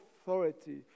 authority